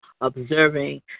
observing